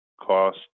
cost